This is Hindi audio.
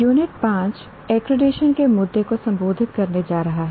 यूनिट 5 एक्रीडिटेशन के मुद्दे को संबोधित करने जा रहा है